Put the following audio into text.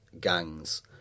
gangs